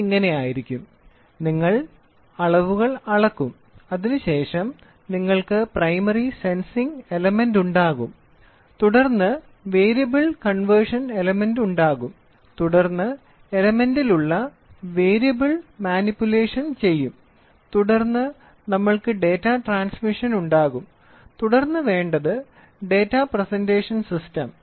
ഇത് ഇങ്ങനെയായിരിക്കും നിങ്ങൾ അളവുകൾ അളക്കും അതിനുശേഷം നിങ്ങൾക്ക് പ്രൈമറി സെൻസിംഗ് എലമെന്റ് ഉണ്ടാകും തുടർന്ന് വേരിയബിൾ കൺവേർഷൻ എലമെന്റ് ഉണ്ടാകും തുടർന്ന് എലമെൻറിലുള്ള വേരിയബിൾ മാനിപുലേഷൻ ചെയ്യും തുടർന്ന് നമ്മൾക്ക് ഡാറ്റാ ട്രാൻസ്മിഷൻ ഉണ്ടാകും തുടർന്ന് വേണ്ടത് ഡാറ്റാ പ്രസന്റേഷൻ സിസ്റ്റം